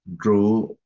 draw